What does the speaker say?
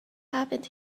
happened